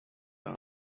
term